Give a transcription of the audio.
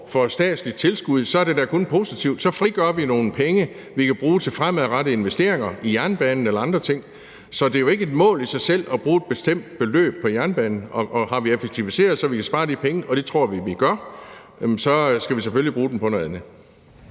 for et statsligt tilskud, er det da kun positivt, og så frigør vi nogle penge, vi kan bruge til fremadrettede investeringer i jernbanen eller andre ting. Så det er jo ikke et mål i sig selv at bruge et bestemt beløb på jernbanen, og har vi effektiviseret, så vi kan spare de penge – og det tror vi vi gør – skal vi selvfølgelig bruge dem på noget andet.